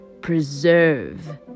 Preserve